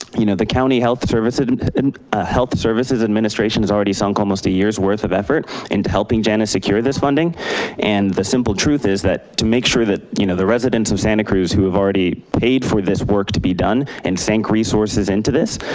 you know the county health services ah health services administration has already sunk almost a year's worth of effort into helping janus secure this funding and the simple truth is that to make sure that you know the residents of santa cruz who have already paid for this work to be done and sank resources into this,